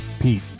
Pete